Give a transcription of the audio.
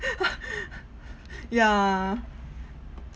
yeah